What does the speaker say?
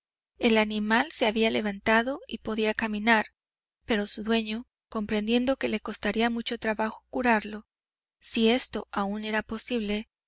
el animal se había levantado y podía caminar pero su dueño comprendiendo que le costaría mucho trabajo curarlo si esto aún era